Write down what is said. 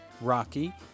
Rocky